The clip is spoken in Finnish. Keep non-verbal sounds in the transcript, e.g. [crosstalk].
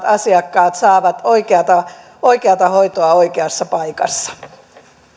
[unintelligible] asiakkaat saavat oikeata oikeata hoitoa oikeassa paikassa